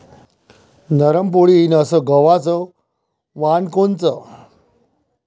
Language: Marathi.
नरम पोळी येईन अस गवाचं वान कोनचं?